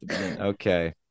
Okay